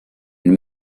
and